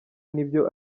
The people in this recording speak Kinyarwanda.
nibyo